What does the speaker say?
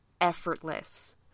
Effortless